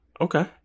Okay